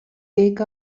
take